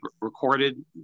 recorded